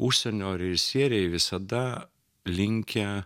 užsienio režisieriai visada linkę